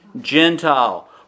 Gentile